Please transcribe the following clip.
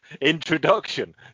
introduction